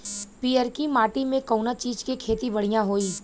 पियरकी माटी मे कउना चीज़ के खेती बढ़ियां होई?